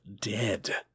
dead